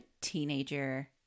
teenager